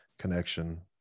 connection